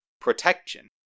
protection